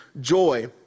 joy